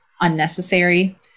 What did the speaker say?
unnecessary